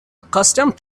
accustomed